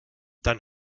dann